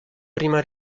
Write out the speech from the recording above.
prima